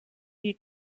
die